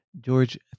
George